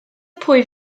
pwy